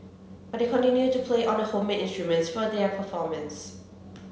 but they continue to play on the homemade instruments for their performance